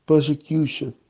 persecution